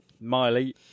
Miley